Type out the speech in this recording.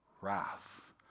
wrath